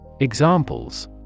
Examples